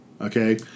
okay